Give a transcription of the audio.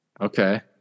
Okay